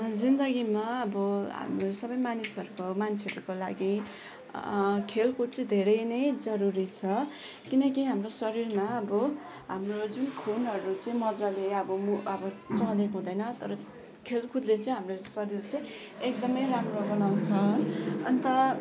जिन्दगीमा अब हाम्रो सबै मानिसहरूको मान्छेहरूको लागि खेलकुद चाहिँ धेरै नै जरुरी छ किनकि हाम्रो शरीरमा अब हाम्रो जुन खुनहरू चाहिँ मज्जाले अब अब चलेको हुँदैन तर खेलकुदले चाहिँ हाम्रो शरीर चाहिँ एकदमै राम्रो बनाउँछ अन्त